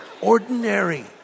ordinary